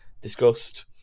discussed